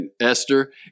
Esther